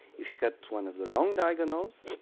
if you cut one of the long diagonals,